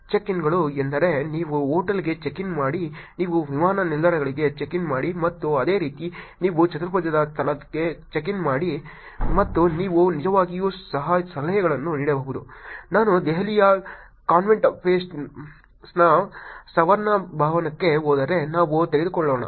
check ಇನ್ಗಳು ಎಂದರೆ ನೀವು ಹೋಟೆಲ್ಗೆ ಚೆಕ್ ಇನ್ ಮಾಡಿ ನೀವು ವಿಮಾನ ನಿಲ್ದಾಣಗಳಿಗೆ ಚೆಕ್ ಇನ್ ಮಾಡಿ ಮತ್ತು ಅದೇ ರೀತಿ ನೀವು ಚತುರ್ಭುಜದ ಸ್ಥಳಕ್ಕೆ ಚೆಕ್ ಇನ್ ಮಾಡಿ ಮತ್ತು ನೀವು ನಿಜವಾಗಿಯೂ ಸಹ ಸಲಹೆಯನ್ನು ನೀಡಬಹುದು ನಾನು ದೆಹಲಿಯ ಕನ್ನಾಟ್ ಪ್ಲೇಸ್ನ ಸರ್ವಣ ಭವನಕ್ಕೆ ಹೋದರೆ ನಾವು ತೆಗೆದುಕೊಳ್ಳೋಣ